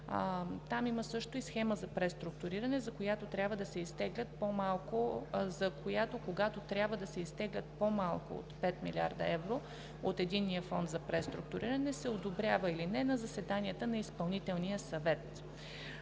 плана. Там също има схема за преструктуриране и когато трябва да се изтеглят по-малко от 5 млрд. евро от Единния фонд за преструктуриране, се одобрява или не на заседанията на Изпълнителния съвет,